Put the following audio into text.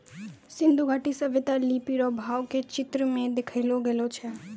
सिन्धु घाटी सभ्यता लिपी रो भाव के चित्र मे देखैलो गेलो छलै